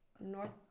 North